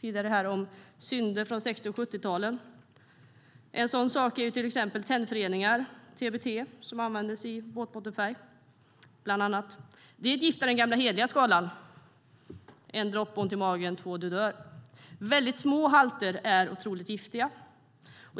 tidigare om synder från 60 och 70-talen. En sådan sak är till exempel tennföreningar, TBT, som användes i båtbottenfärg, bland annat. Det är ett gift av den gamla hederliga skolan: Får man en droppe får man ont i magen. Får man två dör man. Väldigt små halter är otroligt giftiga.